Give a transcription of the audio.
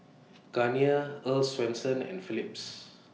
Garnier Earl's Swensens and Philips